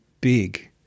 big